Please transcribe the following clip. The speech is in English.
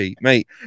mate